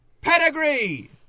pedigree